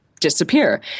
disappear